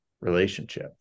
relationship